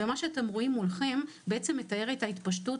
ומה שאתם רואים מולכם במצגת מתאר את ההתפשטות